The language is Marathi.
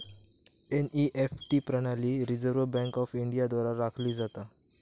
एन.ई.एफ.टी प्रणाली रिझर्व्ह बँक ऑफ इंडिया द्वारा राखली जाता